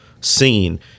scene